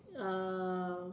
uh